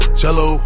cello